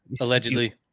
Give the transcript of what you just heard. allegedly